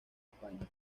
españa